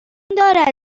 دارد